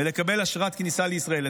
ולקבל אשרת כניסה לישראל.